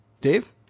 Dave